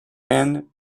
and